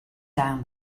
down